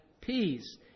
peace